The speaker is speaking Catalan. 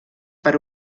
per